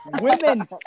women